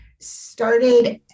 started